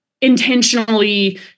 intentionally